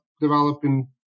developing